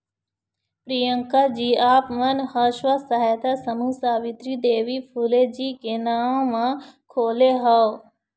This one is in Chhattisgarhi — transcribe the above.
प्रियंकाजी आप मन ह स्व सहायता समूह सावित्री देवी फूले जी के नांव म खोले हव